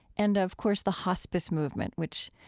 and of course the hospice movement, which,